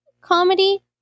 comedy